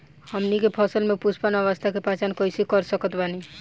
हमनी के फसल में पुष्पन अवस्था के पहचान कइसे कर सकत बानी?